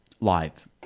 live